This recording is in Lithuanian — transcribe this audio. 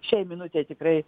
šiai minutei tikrai